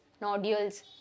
nodules